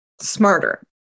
smarter